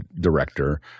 director